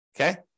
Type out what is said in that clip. okay